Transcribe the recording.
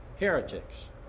heretics